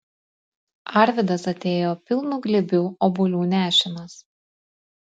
arvydas atėjo pilnu glėbiu obuolių nešinas